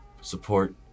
support